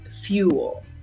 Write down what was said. fuel